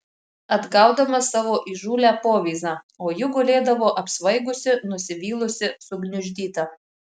atgaudamas savo įžūlią povyzą o ji gulėdavo apsvaigusi nusivylusi sugniuždyta